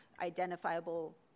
identifiable